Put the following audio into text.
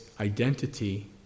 identity